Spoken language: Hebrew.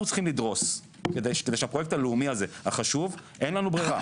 אנחנו צריכים לדרוס כדי שהפרויקט הלאומי הזה החשוב אין לנו ברירה.